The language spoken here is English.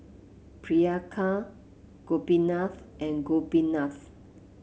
Priyanka Gopinath and Gopinath